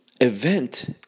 Event